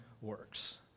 works